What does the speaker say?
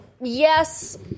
Yes